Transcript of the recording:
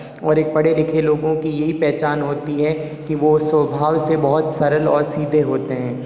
और एक पढ़े लिखे लोगों की यही पहचान होती है कि वो स्वभाव से बहुत सरल और सीधे होते हैं